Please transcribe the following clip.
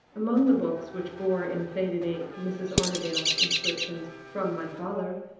among the books which bore in faded ink mrs. armadale's inscriptions, from my father,